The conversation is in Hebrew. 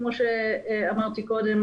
כמו שאמרתי קודם,